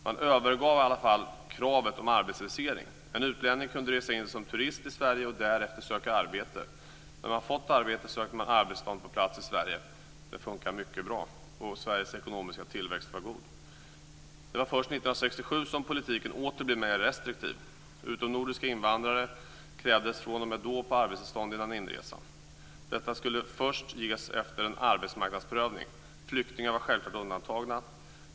Man övergav i alla fall kravet om arbetsvisering. En utlänning kunde resa in som turist i Sverige och därefter söka arbete. När man fått arbete sökte man arbetstillstånd på plats i Sverige. Det fungerade mycket bra, och Sveriges ekonomiska tillväxt var god. Det var först 1967 som politiken åter blev mer restriktiv. Utomnordiska invandrare krävdes fr.o.m. då på arbetstillstånd före inresan. Detta skulle först ges efter en arbetsmarknadsprövning. Flyktingar var självfallet undantagna.